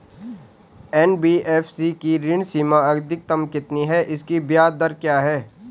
NBFC की ऋण सीमा अधिकतम कितनी है इसकी ब्याज दर क्या है?